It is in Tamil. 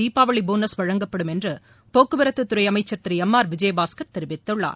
தீபாவளி போனஸ் வழங்கப்படும் என்று போக்குவரத்து துறை அமைச்சர் திரு எம் ஆர் விஜயபாஸ்கர் தெரிவித்துள்ளார்